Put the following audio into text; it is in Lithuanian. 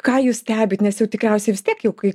ką jūs stebit nes jau tikriausiai vis tiek jau kai